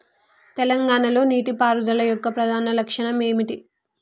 తెలంగాణ లో నీటిపారుదల యొక్క ప్రధాన లక్ష్యం ఏమిటి?